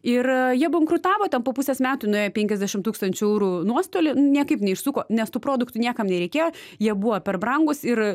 ir jie bankrutavo ten po pusės metų nuėjo į penkiasdešim tūkstančių eurų nuostolį niekaip neišsuko nes tų produktų niekam nereikėjo jie buvo per brangūs ir